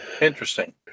interesting